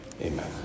Amen